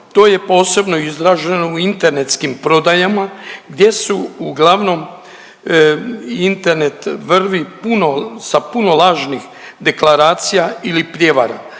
to je posebno izraženo u internetskim prodajama gdje su uglavnom internet vrvi puno, sa puno lažnih deklaracija ili prijevara.